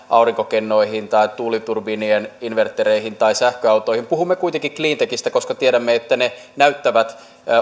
aurinkokennoihin tai tuuliturbiinien inverttereihin tai sähköautoihin puhumme kuitenkin cleantechistä koska tiedämme että ne näyttävät